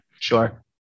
Sure